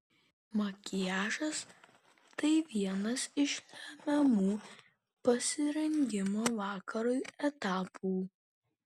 makiažas tai vienas iš lemiamų pasirengimo vakarui etapų